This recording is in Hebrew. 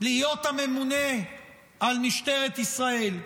להיות הממונה על משטרת ישראל.